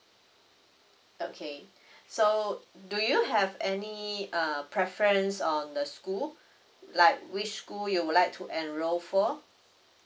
okay so do you have any uh preference on the school like which school you would like to enroll for